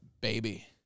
baby